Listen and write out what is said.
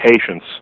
patience